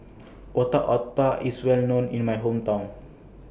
Otak Otak IS Well known in My Hometown